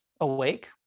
awake